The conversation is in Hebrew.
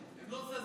אורית,